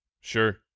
Sure